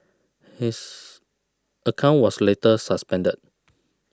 his account was later suspended